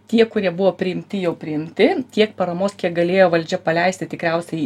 tie kurie buvo priimti jau priimti tiek paramos kiek galėjo valdžia paleisti tikriausiai